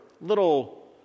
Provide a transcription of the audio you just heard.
little